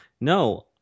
no